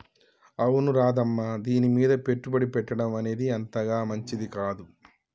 అవును రాధమ్మ దీనిమీద పెట్టుబడి పెట్టడం అనేది అంతగా మంచిది కాదు